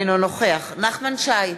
אינו נוכח נחמן שי,